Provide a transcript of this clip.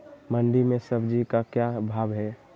मंडी में सब्जी का क्या भाव हैँ?